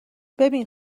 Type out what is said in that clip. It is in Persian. ببین